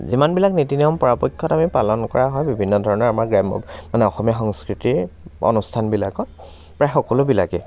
যিমানবিলাক নীতি নিয়ম পৰাপক্ষত আমি পালন কৰা হয় বিভিন্ন ধৰণৰ আমাৰ গ্ৰাম্য় মানে অসমীয়া সংস্কৃতিৰ অনুষ্ঠানবিলাকত প্ৰায় সকলোবিলাকেই